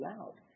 out